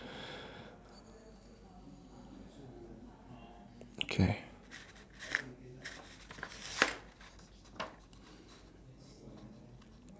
okay